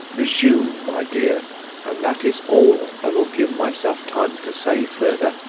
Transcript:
resume, my dear and that is all i will give myself time to say further,